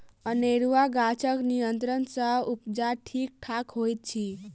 अनेरूआ गाछक नियंत्रण सँ उपजा ठीक ठाक होइत अछि